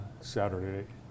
Saturday